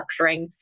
structuring